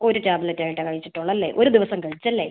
ഒരു ടാബ്ലെറ്റ് ആയിട്ടാണ് കഴിച്ചിട്ടുള്ളൂ അല്ലേ ഒരു ദിവസം കഴിച്ചല്ലേ